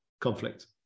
conflict